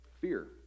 fear